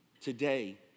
Today